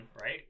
right